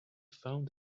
found